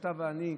אתה ואני.